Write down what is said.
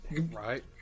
Right